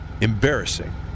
Embarrassing